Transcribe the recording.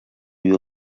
you